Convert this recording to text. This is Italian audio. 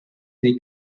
dei